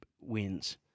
wins